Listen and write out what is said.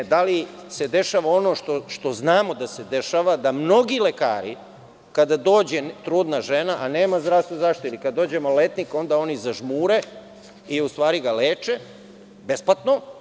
Da li se dešava ono što znamo da se dešava da mnogi lekari, kada dođe trudna žena a nema zdravstvenu zaštitu ili kada dođe maloletnik onda oni zažmure i u stvari ga leče besplatno.